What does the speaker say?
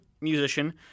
musician